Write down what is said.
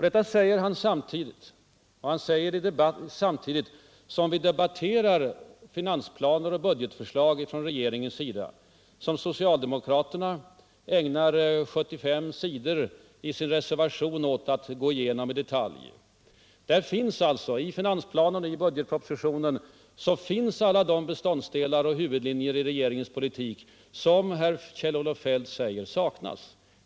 Detta säger Kjell-Olof Feldt samtidigt som vi debatterar regeringens finansplaner och budgetförslag, och sedan socialdemokraterna har ägnat bortåt 75 sidor i sin reservation åt att gå igenom förslagen i detalj. I finansplanen och budgetpropositionen finns alltså alla de beståndsdelar och huvudlinjer i regeringens politik som Kjell-Olof Feldt säger saknas.